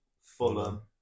Fulham